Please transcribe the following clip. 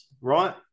right